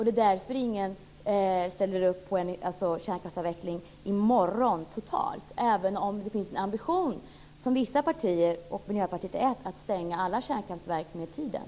Det är därför ingen ställer upp på en total kärnkraftsavveckling i morgon. Det finns ändå en ambition från vissa partier, och Miljöpartiet är ett, att stänga alla kärnkraftverk med tiden.